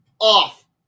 off